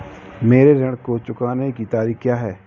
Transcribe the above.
मेरे ऋण को चुकाने की तारीख़ क्या है?